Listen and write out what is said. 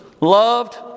loved